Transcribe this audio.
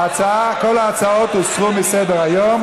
ההצעה, כל ההצעות הוסרו מסדר-היום.